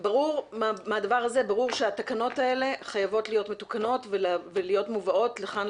מהדבר הזה ברור שהתקנות האלה חייבות להיות מתוקנות ולהיות מובאות לכאן,